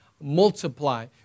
multiply